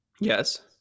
Yes